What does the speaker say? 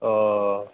অঁ